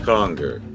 Conger